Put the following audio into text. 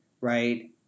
right